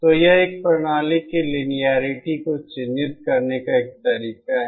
तो यह एक प्रणाली की लिनियेरिटी को चिह्नित करने का एक तरीका है